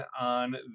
on